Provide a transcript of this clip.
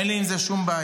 אין לי עם זה שום בעיה.